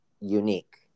unique